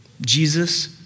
Jesus